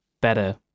Better